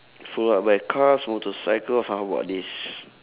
follow up by cars motorcycle of how about this